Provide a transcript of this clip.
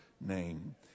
name